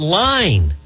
line